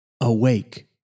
Awake